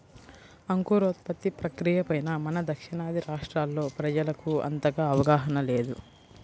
అంకురోత్పత్తి ప్రక్రియ పైన మన దక్షిణాది రాష్ట్రాల్లో ప్రజలకు అంతగా అవగాహన లేదు